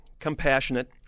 compassionate